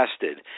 tested